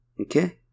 Okay